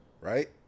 right